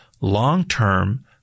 long-term